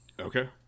Okay